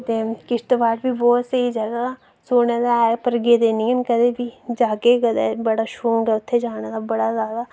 किश्तवाड़ बी बहुत स्हेई जगह ऐ सुने दा ऐ पर गेदे निं ऐन कदें बी जाह्गे कदें शौंक ऐ उत्थै जाने दा बड़ा जैदा बड़ा